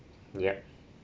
yup